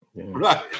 Right